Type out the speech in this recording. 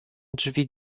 drzwi